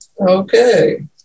Okay